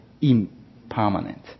impermanent